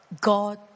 God